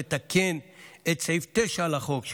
לתקן את סעיף 9 לחוק,